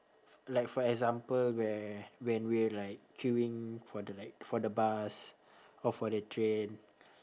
like for example where when we're like queuing for the like for the bus or for the train